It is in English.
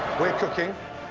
we're cooking.